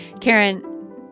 Karen